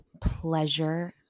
pleasure